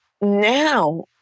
now